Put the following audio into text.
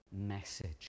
message